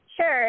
Sure